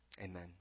Amen